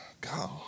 God